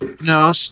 No